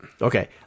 Okay